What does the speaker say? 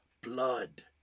blood